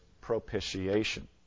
propitiation